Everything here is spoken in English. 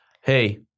Hey